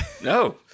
no